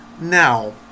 Now